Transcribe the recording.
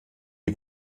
die